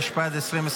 התשפ"ד 2024,